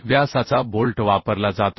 व्यासाचा बोल्ट वापरला जातो